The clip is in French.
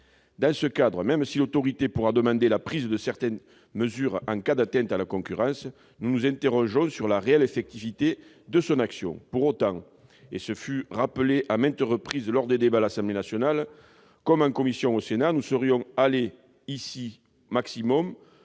Dans ce cadre, même si l'Autorité de la concurrence pourra demander la prise de certaines mesures en cas d'atteinte à la concurrence, nous nous interrogeons sur la réelle effectivité de son action. Pour autant- ce fut rappelé à maintes reprises lors des débats à l'Assemblée nationale comme en commission au Sénat -, nous serions allés ici au maximum